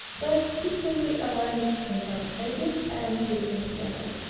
then just simply align print out pages and tape them together.